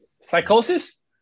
Psychosis